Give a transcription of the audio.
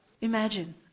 Imagine